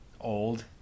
old